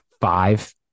five